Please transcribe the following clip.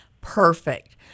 Perfect